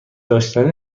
داشتنی